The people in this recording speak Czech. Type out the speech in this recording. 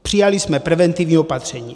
Přijali jsme preventivní opatření.